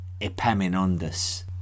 Epaminondas